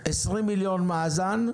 20 מיליון מאזן,